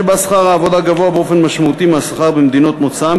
שבה שכר העבודה גבוה באופן משמעותי מהשכר במדינות מוצאם,